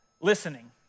listening